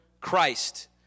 Christ